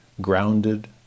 Grounded